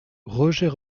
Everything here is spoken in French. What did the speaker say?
roger